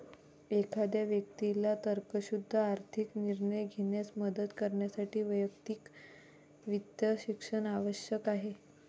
एखाद्या व्यक्तीला तर्कशुद्ध आर्थिक निर्णय घेण्यास मदत करण्यासाठी वैयक्तिक वित्त शिक्षण आवश्यक आहे